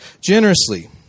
generously